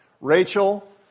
Rachel